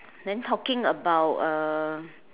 then talking about uh